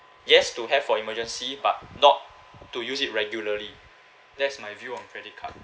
yes to have for emergency but not to use it regularly that's my view on credit card